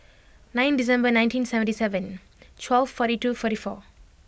nine December nineteen seventy seven twelve forty two forty four